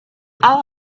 all